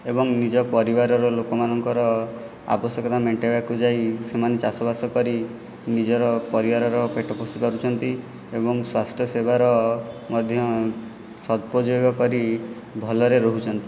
ଏବଂ ନିଜ ପରିବାରର ଲୋକମାନଙ୍କର ଆବଶ୍ୟକତା ମେଣ୍ଟେଇବାକୁ ଯାଇ ସେମାନେ ଚାଷବାସ କରି ନିଜର ପରିବାରର ପେଟ ପୋଷି ପାରୁଛନ୍ତି ଏବଂ ସ୍ୱାସ୍ଥ୍ୟ ସେବାର ମଧ୍ୟ ସଦୁପଯୋଗ କରି ଭଲରେ ରହୁଛନ୍ତି